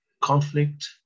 conflict